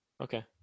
Okay